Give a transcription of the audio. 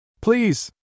Please